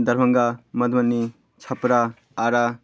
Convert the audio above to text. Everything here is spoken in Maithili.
दरभङ्गा मधुबनी छपरा आरा